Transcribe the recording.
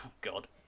god